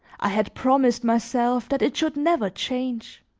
i had promised myself that it should never change!